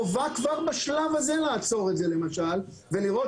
חובה כבר בשלב הזה לעצור את זה למשל ולראות